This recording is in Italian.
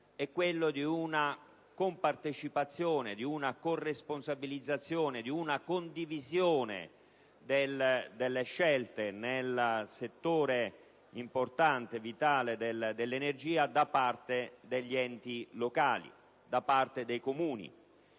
è quello di una compartecipazione, di una corresponsabilizzazione e di una condivisione delle scelte nel settore importante e vitale dell'energia da parte degli enti locali e dei Comuni.